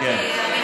כן, כן.